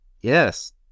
Yes